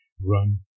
Run